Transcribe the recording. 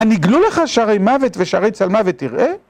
הנגלו לך שערי מוות ושערי צלמוות, תראה.